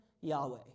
Yahweh